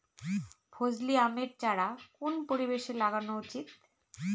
ফজলি আমের চারা কোন পরিবেশে লাগানো উচিৎ?